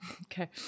okay